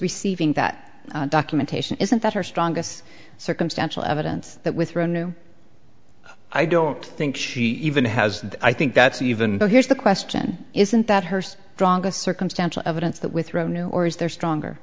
receiving that documentation isn't that our strongest circumstantial evidence that with the new i don't think she even has i think that's even though here's the question isn't that her strongest circumstantial evidence that with revenue or is there stronger